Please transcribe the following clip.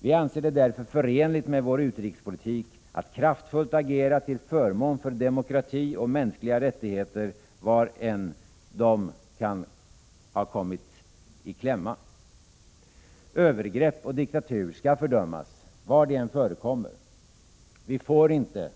Vi anser det 18 mars 1987 därför förenligt med vår utrikespolitik att kraftfullt agera till förmån för Irma Ir GC demokrati och mänskliga rättigheter var de än kan ha kommit i kläm. Övergrepp och diktatur skall fördömas var de än förekommer. Vi får inte